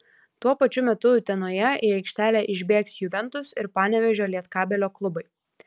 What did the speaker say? tuo pačiu metu utenoje į aikštelę išbėgs juventus ir panevėžio lietkabelio klubai